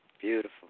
Beautiful